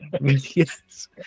yes